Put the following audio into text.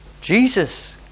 Jesus